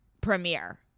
premiere